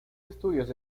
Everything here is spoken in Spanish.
estudios